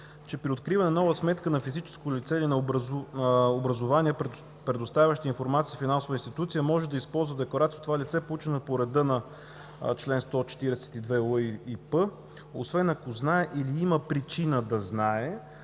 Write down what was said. „при откриване на нова сметка на физическо лице или на образувание предоставяща информация финансова институция може да използва декларация от това лице, получена по реда на чл. 142л и 142п, освен ако знае или има причина да знае…“.